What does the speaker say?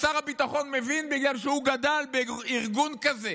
שר הביטחון מבין, בגלל שהוא גדל בארגון כזה,